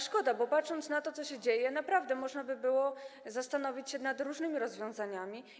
Szkoda, bo patrząc na to, co się dzieje, naprawdę można by było zastanowić się nad różnymi rozwiązaniami.